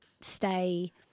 Stay